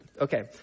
Okay